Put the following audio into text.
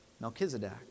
Melchizedek